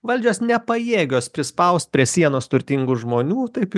valdžios nepajėgios prispaust prie sienos turtingų žmonių taip